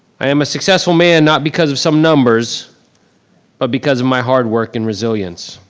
i am a successful man not because of some numbers but because of my hard work and resilience.